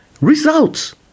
Results